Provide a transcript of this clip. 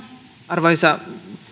arvoisa